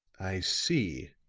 i see,